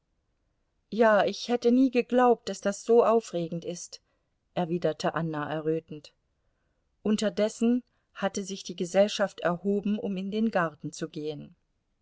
ja ich hätte nie geglaubt daß das so aufregend ist erwiderte anna errötend unterdessen hatte sich die gesellschaft erhoben um in den garten zu gehen